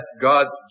God's